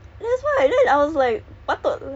I think it's only one once